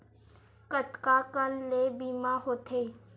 कतका कन ले बीमा होथे?